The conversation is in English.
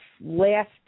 last